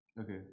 Okay